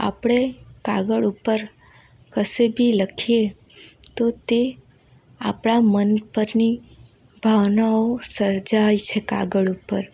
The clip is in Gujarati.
આપણે કાગળ ઉપર કશે ભી લખીયે તો તે આપણા મન પરની ભાવનાઓ સર્જાય છે કાગળ ઉપર